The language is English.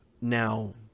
Now